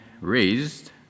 raised